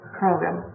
program